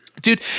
Dude